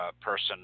person